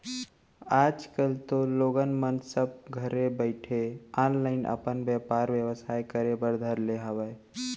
आज कल तो लोगन मन सब घरे बइठे ऑनलाईन अपन बेपार बेवसाय करे बर धर ले हावय